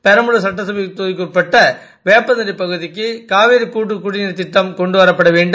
பொம்பலூர்சட்டசபைதொகுதிகுட்பட்டவேப்பந்தட்டைபகுதி க்குகாவிரிகூட்டுகுடிநீர்கிட்டம்கொண்டுவரப்படவேண்டும்